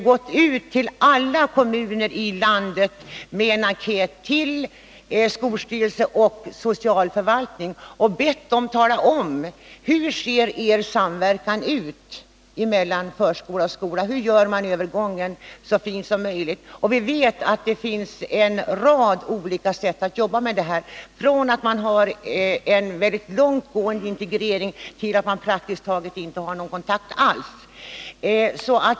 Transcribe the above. gått ut till alla kommuner i landet med en enkät till skolstyrelse och socialförvaltning. Vi har frågat: Hur ser er samverkan mellan förskola och skola ut? Hur görs övergången så fin som möjligt? Vi vet att det finns en rad olika sätt att jobba på — från en mycket långt gående integrering till praktiskt taget ingen kontakt alls.